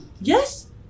Yes